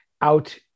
out